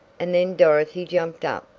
and then dorothy jumped up.